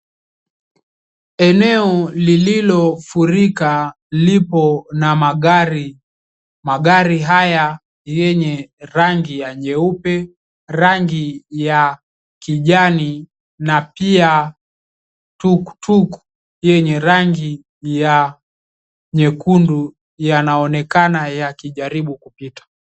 Eneo lililofurika lipo na magari. Magari haya yenye rangi ya nyeupe, rangi ya kijani na pia tuktuk yenye rangi ya nyekundu, yanaonekana yakijaribu kupita.